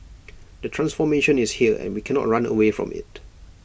the transformation is here and we cannot run away from IT